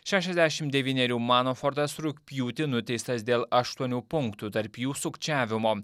šešiasdešim devynerių manafortas rugpjūtį nuteistas dėl aštuonių punktų tarp jų sukčiavimo